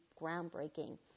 groundbreaking